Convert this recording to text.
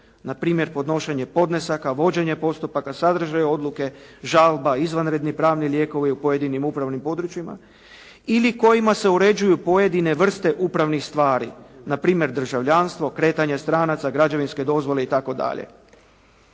na primjer podnošenje podnesaka, vođenje postupaka, sadržaj oduke, žalba, izvanredni pravni lijekovi u pojedinim upravnim područjima ili kojima se uređuju pojedine vrste upravnih stvari, na primjer državljanstvo, kretanje stranaca, građevinske dozvole itd.